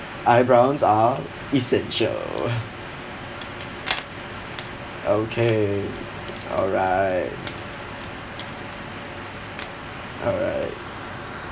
eyebrows are essential okay alright alright